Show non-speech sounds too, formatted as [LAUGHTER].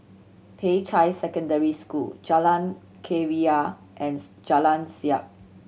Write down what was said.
Peicai Secondary School Jalan Keria and [UNINTELLIGIBLE] Jalan Siap